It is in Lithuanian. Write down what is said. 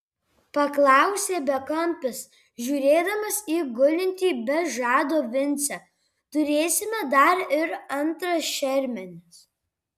paklausė bekampis žiūrėdamas į gulintį be žado vincę turėsime dar ir antras šermenis